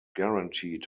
guaranteed